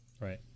Right